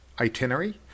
itinerary